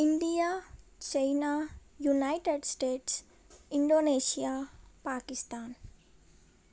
India China United States Indonesia Pakistan